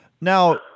Now